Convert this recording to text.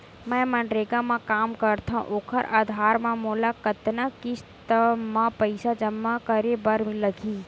मैं मनरेगा म काम करथव, ओखर आधार म मोला कतना किस्त म पईसा जमा करे बर लगही?